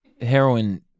heroin